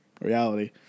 reality